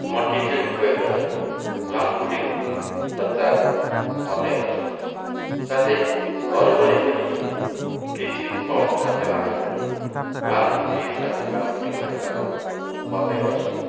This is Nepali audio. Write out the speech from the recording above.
मट्टितेलको प्रयोग गर्नाले लामखु्ट्टेको बच्चाहरू मर्ने गर्छन साथै घर वरिपरि ब्लिचिङ पाउडर छर्कनाले पनि लामखुट्टे साथै लामखुट्टेको बच्चाहरू मर्ने गर्छन